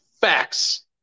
Facts